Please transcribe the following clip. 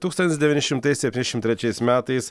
tūkstantis devyni šimtai septynšim trečiais metais